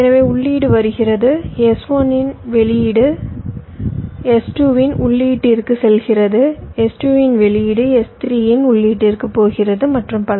எனவே உள்ளீடு வருகிறது S1 இன் வெளியீடு S2 இன் உள்ளீட்டிற்கு செல்கிறது S2 இன் வெளியீடு S3 இன் உள்ளீட்டுக்கு போகிறது மற்றும் பல